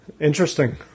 Interesting